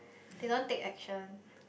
they don't take action